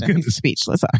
Speechless